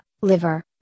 liver